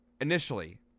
initially